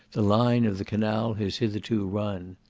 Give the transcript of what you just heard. the line of the canal has hitherto run.